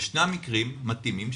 ישנם מקרים מתאימים,